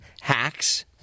hacks